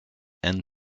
and